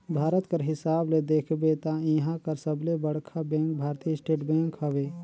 भारत कर हिसाब ले देखबे ता इहां कर सबले बड़खा बेंक भारतीय स्टेट बेंक हवे